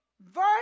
verse